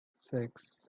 six